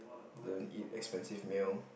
they don't eat expensive meal